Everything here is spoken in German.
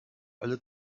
alle